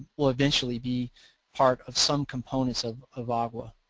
will eventually be part of some components of of agwa.